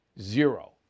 Zero